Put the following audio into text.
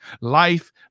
Life